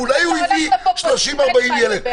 אולי הוא הביא 30 40 ילד.